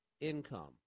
Income